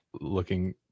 looking